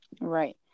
Right